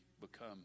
become